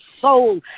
soul